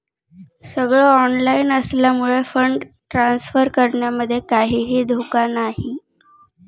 सगळ ऑनलाइन असल्यामुळे fund transfer करण्यामध्ये काहीही धोका नाही